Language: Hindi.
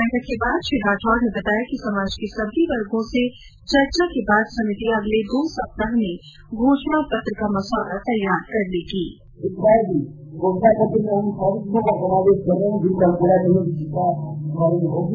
बैठक के बाद श्री राठौड ने बताया कि समाज के सभी वर्गो से चर्चा करने के बाद समिति अगले दो सप्ताह में घोषणा पत्र का मसौदा तैयार कर लेगी